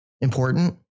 important